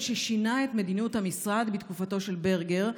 ששינה את מדיניות המשרד בתקופתו של ברגר,